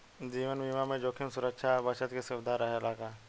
जीवन बीमा में जोखिम सुरक्षा आ बचत के सुविधा रहेला का?